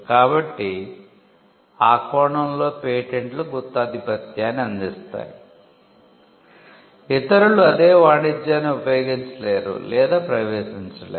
కాబట్టి ఆ కోణంలో పేటెంట్లు గుత్తాధిపత్యాన్ని అందిస్తాయి ఇతరులు అదే వాణిజ్యాన్ని ఉపయోగించలేరు లేదా ప్రవేశించలేరు